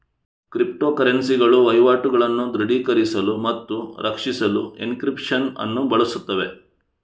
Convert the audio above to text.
crypto ಕರೆನ್ಸಿಗಳು ವಹಿವಾಟುಗಳನ್ನು ದೃಢೀಕರಿಸಲು ಮತ್ತು ರಕ್ಷಿಸಲು ಎನ್ಕ್ರಿಪ್ಶನ್ ಅನ್ನು ಬಳಸುತ್ತವೆ